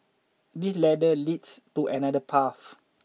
this ladder leads to another path